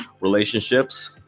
relationships